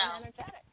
energetic